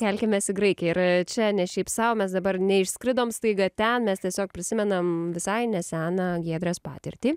kelkimės į graikiją ir čia ne šiaip sau mes dabar neišskridom staiga ten mes tiesiog prisimenam visai neseną giedrės patirtį